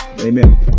Amen